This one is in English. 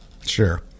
Sure